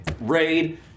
Raid